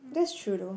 that's true though